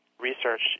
research